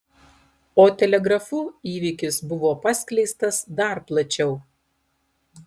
o telegrafu įvykis buvo paskleistas dar plačiau